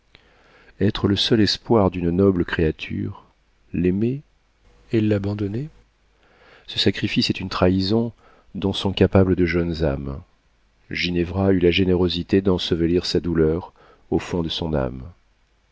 être le seul espoir d'une noble créature l'aimer et l'abandonner ce sacrifice est une trahison dont sont incapables de jeunes âmes ginevra eut la générosité d'ensevelir sa douleur au fond de son âme